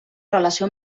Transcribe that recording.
relació